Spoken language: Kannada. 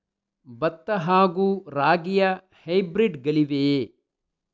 ಭತ್ತ ಹಾಗೂ ರಾಗಿಯ ಹೈಬ್ರಿಡ್ ಗಳಿವೆಯೇ?